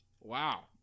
Wow